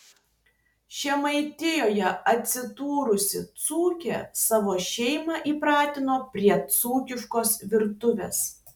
žemaitijoje atsidūrusi dzūkė savo šeimą įpratino prie dzūkiškos virtuvės